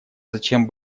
зачем